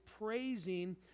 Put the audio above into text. praising